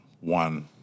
one